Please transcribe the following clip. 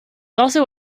also